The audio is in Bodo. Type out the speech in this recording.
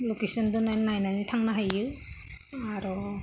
लकेसन दोननानैबो थांनो हायो आरो